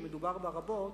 שמדובר בה רבות,